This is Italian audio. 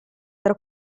tra